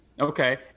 Okay